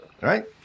Right